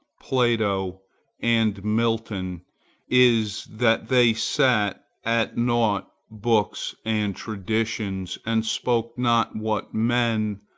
plato and milton is that they set at naught books and traditions, and spoke not what men,